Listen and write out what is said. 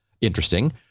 interesting